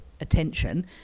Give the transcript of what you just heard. attention